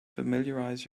familiarize